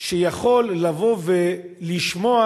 שיכול לבוא ולשמוע